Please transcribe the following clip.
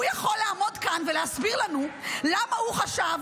הוא יכול לעמוד כאן ולהסביר לנו למה הוא חשב